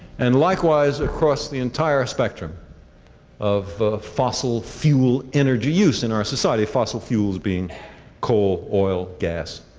and likewise, across the entire spectrum of fossil fuel energy use in our society, fossil fuels being coal, oil, gas,